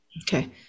okay